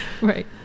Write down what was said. right